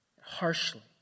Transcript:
harshly